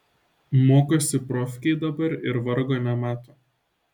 mokosi profkėj dabar ir vargo nemato